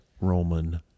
Roman